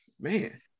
man